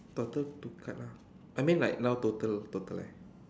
total two card lah I mean like now total total eh